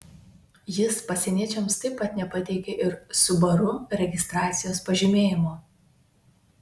jis pasieniečiams taip pat nepateikė ir subaru registracijos pažymėjimo